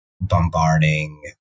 bombarding